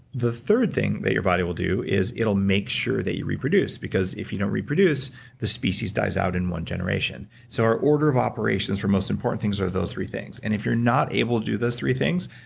the third thing that your body will do is it will make sure that you reproduce, because if you don't reproduce the species dies out in one generation so, our order of operations for most important things are those three things. and if you're not able to do those three things,